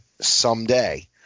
someday